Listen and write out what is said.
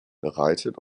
bereitet